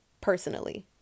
personally